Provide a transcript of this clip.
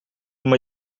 uma